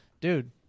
dude